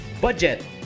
budget